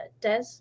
Des